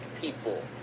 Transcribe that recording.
people